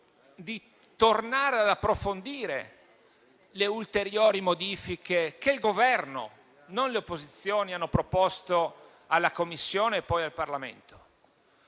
di tornare ad approfondire le ulteriori modifiche che il Governo - non le opposizioni - ha proposto alla Commissione e poi al Parlamento.